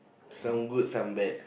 some good some bad